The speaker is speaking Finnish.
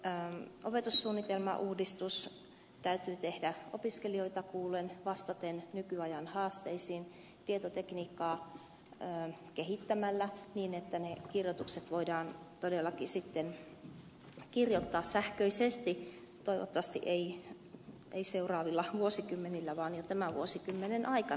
lukion opetussuunnitelmauudistus täytyy tehdä opiskelijoita kuullen vastaten nykyajan haasteisiin tietotekniikkaa kehittämällä niin että ne kirjoitukset voidaan todellakin sitten kirjoittaa sähköisesti toivottavasti ei seuraavilla vuosikymmenillä vaan jo tämän vuosikymmenen aikana